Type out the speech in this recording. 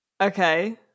Okay